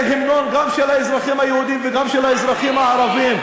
המנון גם של האזרחים היהודים וגם של האזרחים הערבים?